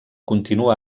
continua